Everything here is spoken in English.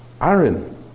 Aaron